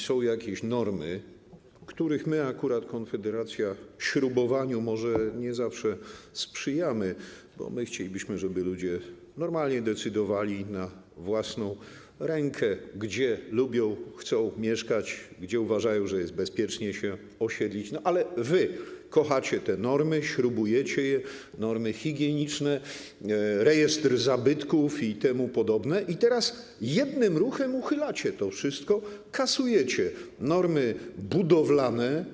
Są jakieś normy, których śrubowaniu akurat my, Konfederacja, może nie zawsze sprzyjamy, bo my chcielibyśmy, żeby ludzie normalnie decydowali, na własną rękę, gdzie lubią, chcą mieszkać, gdzie, uważają, jest bezpiecznie się osiedlić, ale wy kochacie te normy, śrubujecie je - normy higieniczne, rejestr zabytków i temu podobne - i teraz jednym ruchem uchylacie to wszystko, kasujecie normy budowlane.